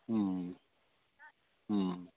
हुँ हुँ